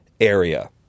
area